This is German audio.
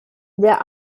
der